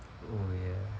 oh ya